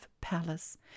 Palace